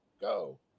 go